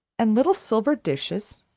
and little silver dishes,